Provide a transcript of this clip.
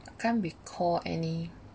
can't recall any